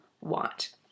want